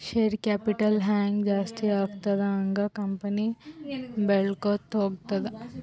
share capital ಹ್ಯಾಂಗ್ ಜಾಸ್ತಿ ಆಗ್ತದ ಹಂಗ್ ಕಂಪನಿ ಬೆಳ್ಕೋತ ಹೋಗ್ತದ